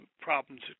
problems